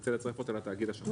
אתה תרצה לצרף אותה לתאגיד השכן.